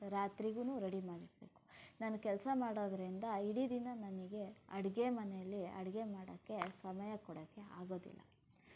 ರಾತ್ರಿಗೂ ready ಮಾಡಿಡಬೇಕು ನಾನು ಕೆಲಸ ಮಾಡೋದರಿಂದ ಇಡೀ ದಿನ ನನಗೆ ಅಡುಗೆ ಮನೆಲ್ಲಿ ಅಡುಗೆ ಮಾಡೋಕ್ಕೆ ಸಮಯ ಕೊಡೋಕ್ಕೆ ಆಗೋದಿಲ್ಲ